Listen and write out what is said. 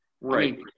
Right